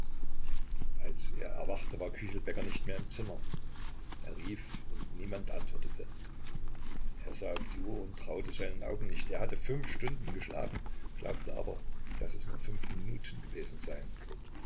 als er erwachte war küchelbäcker nicht mehr im zimmer er rief und niemand antwortete er sah auf die uhr und traute seinen augen nicht er hatte fünf stunden geschlafen glaubte aber daß es nur fünf minuten gewesen seien